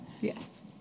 yes